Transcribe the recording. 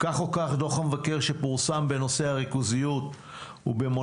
כך או כך דוח המבקר שפורסם בנושא הריכוזיות ובמונופול